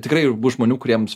tikrai ir bus žmonių kuriems